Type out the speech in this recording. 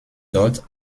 dort